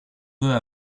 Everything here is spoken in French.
peu